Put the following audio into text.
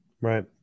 right